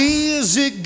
easy